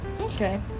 Okay